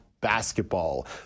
basketball